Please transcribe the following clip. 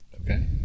Okay